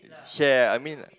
share I mean